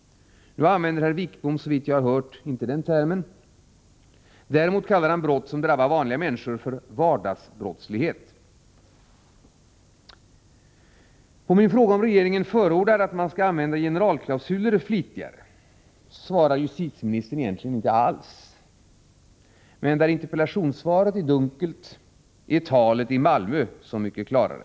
Nu använder herr Wickbom, såvitt jag har hört, inte den termen. Däremot kallar han brott som drabbar vanliga människor för vardagsbrottslighet. På min fråga om regeringen förordar att man skall använda generalklausuler flitigare svarar justitieministern egentligen inte alls. Men där interpellationssvaret är dunkelt, är talet i Malmö så mycket klarare.